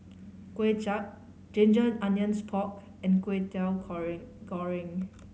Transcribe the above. Kway Chap ginger onions pork and kwetiau goreng